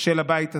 של הבית הזה,